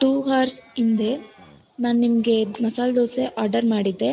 two hours ಹಿಂದೆ ನಾನು ನಿಮಗೆ ಮಸಾಲೆ ದೋಸೆ ಆರ್ಡರ್ ಮಾಡಿದ್ದೆ